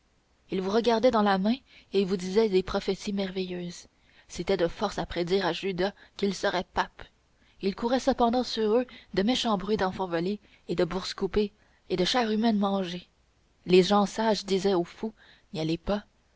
ils vous regardaient dans la main et vous disaient des prophéties merveilleuses ils étaient de force à prédire à judas qu'il serait pape il courait cependant sur eux de méchants bruits d'enfants volés et de bourses coupées et de chair humaine mangée les gens sages disaient aux fous n'y allez pas